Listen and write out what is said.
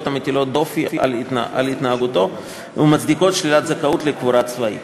המטילות דופי בהתנהגותו והמצדיקות שלילת זכאותו לקבורה צבאית.